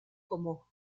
como